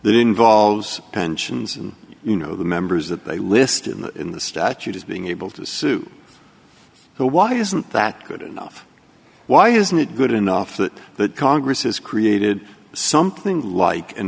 that involves pensions and you know the members that they list in the in the statute as being able to sue so why isn't that good enough why isn't it good enough that that congress has created something like an